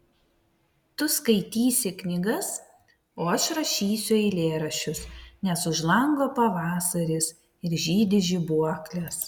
tu skaitysi knygas o aš rašysiu eilėraščius nes už lango pavasaris ir žydi žibuoklės